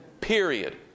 Period